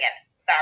Sorry